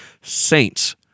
Saints